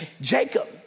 Jacob